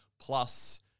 plus